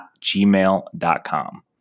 gmail.com